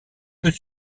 peut